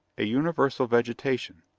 a universal vegetation.